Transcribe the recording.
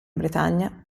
bretagna